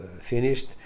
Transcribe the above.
finished